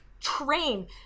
train